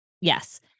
Yes